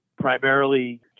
primarily